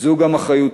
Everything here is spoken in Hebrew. זו גם אחריותנו.